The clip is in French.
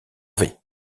vais